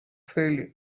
failure